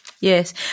yes